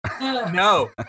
No